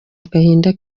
agahinda